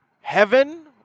heaven